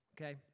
okay